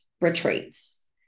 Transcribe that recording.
retreats